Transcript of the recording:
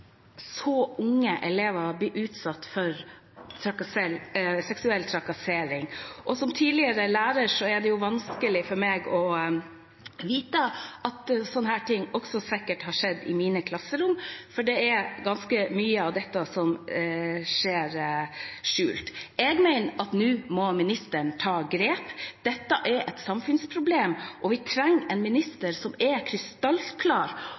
så unge elever blir utsatt for seksuell trakassering. Som tidligere lærer er det vanskelig for meg å vite at en sånn ting også sikkert har skjedd i mine klasserom, for ganske mye av dette skjer skjult. Jeg mener at nå må ministeren ta grep. Dette er et samfunnsproblem, og vi trenger en minister